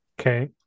okay